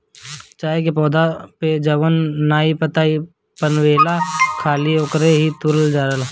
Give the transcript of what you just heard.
चाय के पौधा पे जवन नया पतइ पनपेला खाली ओकरे के तुरल जाला